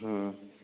ह्म्म